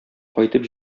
кайтып